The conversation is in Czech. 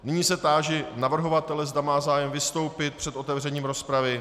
Nyní se táži navrhovatele, zda má zájem vystoupit před otevřením rozpravy.